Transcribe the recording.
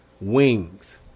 Wings